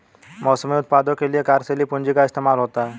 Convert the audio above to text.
मौसमी उत्पादों के लिये कार्यशील पूंजी का इस्तेमाल होता है